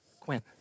Quinn